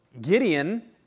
Gideon